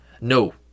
No